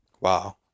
Wow